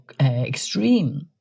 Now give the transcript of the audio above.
extreme